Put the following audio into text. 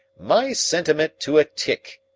my sentiment to a tick,